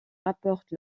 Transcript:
rapportent